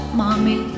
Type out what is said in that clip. mommy